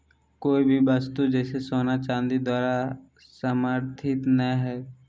कोय भी वस्तु जैसे सोना चांदी द्वारा समर्थित नय हइ